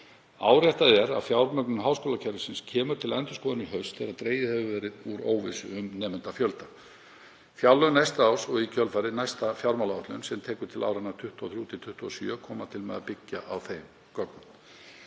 Áréttað er að fjármögnun háskólakerfisins kemur til endurskoðunar í haust þegar dregið hefur verið úr óvissu um nemendafjölda. Fjárlög næsta árs og í kjölfarið næsta fjármálaáætlun, sem tekur til áranna 2023–2027, koma til með að byggja á þeim gögnum.